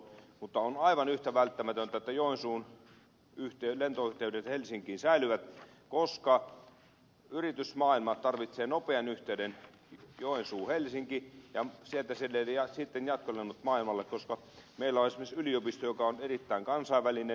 mutta on aivan yhtä välttämätöntä että joensuun lentoyhteydet helsinkiin säilyvät koska yritysmaailma tarvitsee nopean yhteyden joensuuhelsinki ja sieltä sitten jatkolennot maailmalle koska meillä on esimerkiksi yliopisto joka on erittäin kansainvälinen